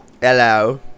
Hello